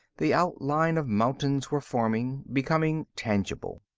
the outline of mountains were forming, becoming tangible.